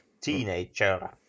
teenager